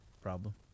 problem